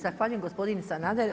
Zahvaljujem gospodine Sanader.